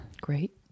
Great